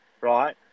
right